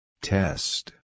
Test